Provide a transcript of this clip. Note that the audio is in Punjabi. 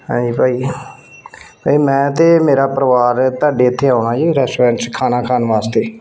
ਹਾਂਜੀ ਭਾਈ ਭਾਅ ਜੀ ਮੈਂ ਅਤੇ ਮੇਰਾ ਪਰਿਵਾਰ ਤੁਹਾਡੇ ਇੱਥੇ ਆਉਣਾ ਜੀ ਰੈਸਟੋਰੈਂਟ 'ਚ ਖਾਣਾ ਖਾਣ ਵਾਸਤੇ